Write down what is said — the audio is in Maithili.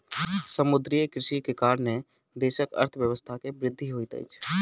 समुद्रीय कृषिक कारणेँ देशक अर्थव्यवस्था के वृद्धि होइत अछि